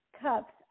cups